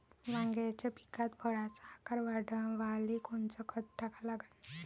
वांग्याच्या पिकात फळाचा आकार वाढवाले कोनचं खत टाका लागन?